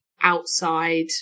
outside